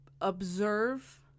Observe